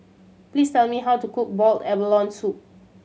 please tell me how to cook boiled abalone soup